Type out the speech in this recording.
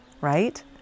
right